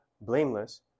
blameless